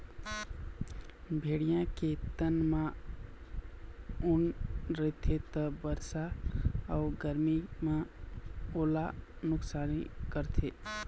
भेड़िया के तन म ऊन रहिथे त बरसा अउ गरमी म ओला नुकसानी करथे